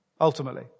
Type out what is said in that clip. Ultimately